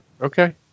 Okay